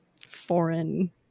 foreign